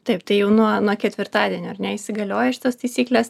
taip tai jau nuo nuo ketvirtadienio ar ne įsigalioja šitos taisyklės